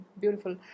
Beautiful